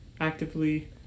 actively